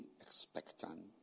expectant